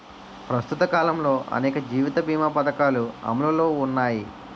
ప్రస్తుత కాలంలో అనేక జీవిత బీమా పధకాలు అమలులో ఉన్నాయి